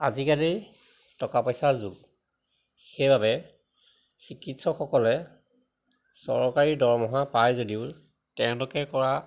আজিকালি টকা পইচাৰ যুগ সেইবাবে চিকিৎসকসকলে চৰকাৰী দৰমহা পায় যদিও তেওঁলোকে কৰা